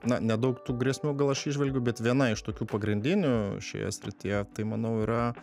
na nedaug tų grėsmių gal aš įžvelgiu bet viena iš tokių pagrindinių šioje srityje tai manau yra